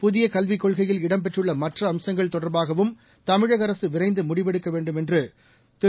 பதிய கல்விக் கொள்கையில் இடம்பெற்றள்ள மற்ற அம்சங்கள் தொடர்பாகவும் தமிழக அரசு விரைந்து முடிவெடுக்க வேண்டும் என்று திரு